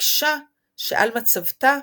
וביקשה שעל מצבתה